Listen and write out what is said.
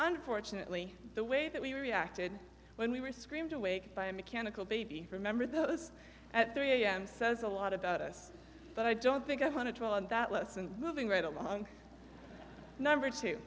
unfortunately the way that we reacted when we were screamed awake by a mechanical baby remember those at three am says a lot about us but i don't think i want to draw on that let's and moving right along number two